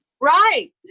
Right